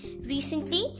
recently